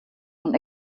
von